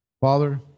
Father